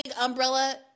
umbrella